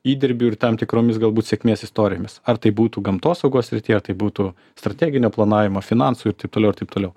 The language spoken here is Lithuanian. įdirbiu ir tam tikromis galbūt sėkmės istorijomis ar tai būtų gamtosaugos srityje ar tai būtų strateginio planavimo finansų ir taip toliau ir taip toliau